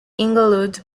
englewood